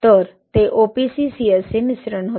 तर ते OPC CSA मिश्रण होते